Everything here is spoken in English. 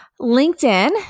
LinkedIn